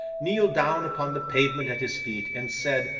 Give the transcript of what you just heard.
kneeled down upon the pavement at his feet, and said,